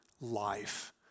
life